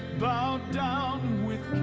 bowed down with